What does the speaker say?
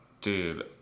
dude